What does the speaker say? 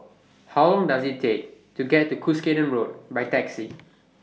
How Long Does IT Take to get to Cuscaden Road By Taxi